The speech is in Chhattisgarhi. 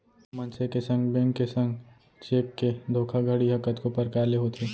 मनसे के संग, बेंक के संग चेक के धोखाघड़ी ह कतको परकार ले होथे